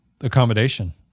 accommodation